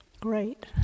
Great